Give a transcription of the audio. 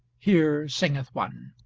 here singeth one